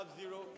zero